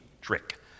trick